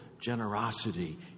generosity